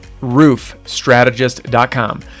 roofstrategist.com